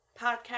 podcast